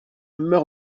meurs